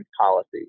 policies